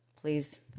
please